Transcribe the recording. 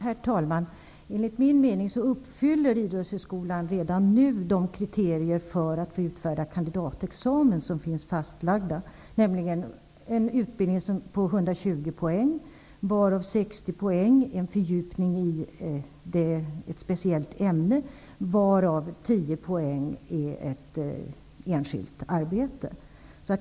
Herr talman! Enligt min mening uppfyller Idrottshögskolan redan nu de kriterier för att få utfärda kandidatexamen som är fastlagda, nämligen en utbildning på 120 poäng, varav 60 poäng är en fördjupning i ett speciellt ämne och varav 10 poäng utgörs av enskild arbete.